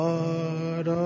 Lord